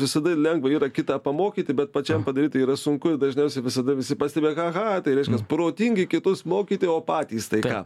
visada lengva yra kitą pamokyti bet pačiam padaryt yra sunku dažniausiai visada visi pastebi aha aha tai reiškias protingi kitus mokyti o patys tai ką